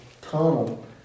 tunnel